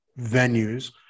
venues